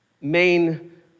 main